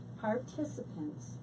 participants